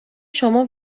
شما